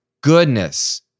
goodness